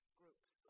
groups